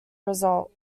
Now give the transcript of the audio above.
result